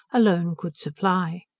alone could supply.